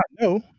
No